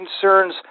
concerns